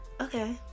okay